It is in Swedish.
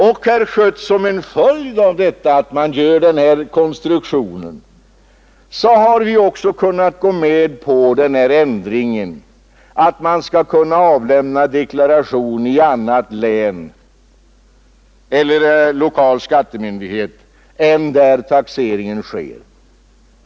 Och, herr Schött, som en följd av att man gör denna konstruktion har vi också kunnat gå med på en ändring innebärande att man skall kunna avlämna deklaration till annan länsstyrelse eller lokal skattemyndighet än den där taxeringen skall ske.